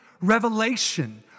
revelation